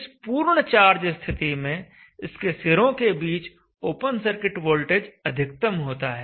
इस पूर्ण चार्ज स्थिति में इसके सिरों के बीच ओपन सर्किट वोल्टेज अधिकतम होता है